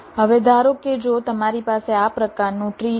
હવે ધારો કે જો તમારી પાસે આ પ્રકારનું ટ્રી છે